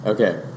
Okay